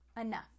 enough